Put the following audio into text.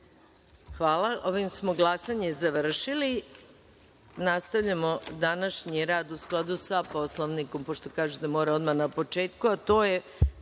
Srbije. Hvala. Ovim smo glasanje završili. Nastavljamo današnji rad u skladu sa Poslovnikom, pošto kaže da mora odmah na početku,